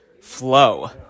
flow